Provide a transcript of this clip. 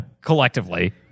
collectively